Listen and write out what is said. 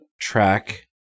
track